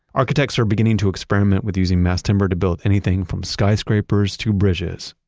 architects are beginning to experiment with using mass timber to build anything from skyscrapers to bridges.